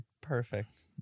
perfect